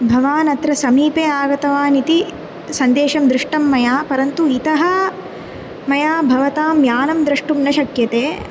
भवान् अत्र समीपे आगतवान् इति सन्देशं दृष्टं मया परन्तु इतः मया भवतां यानं द्रष्टुं न शक्यते